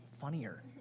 funnier